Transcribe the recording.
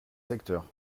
secteurs